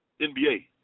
NBA